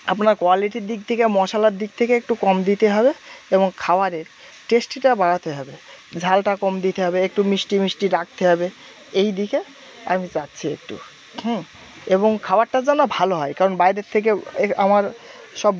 আপনার কোয়ালিটির দিক থেকে মশলার দিক থেকে একটু কম দিতে হবে এবং খাবারের টেস্টিটা বাড়াতে হবে ঝালটা কম দিতে হবে একটু মিষ্টি মিষ্টি রাখতে হবে এইদিকে আমি চাইছি একটু হুম এবং খাবারটা যেন ভালো হয় কারণ বাইরের থেকে এর আমার সব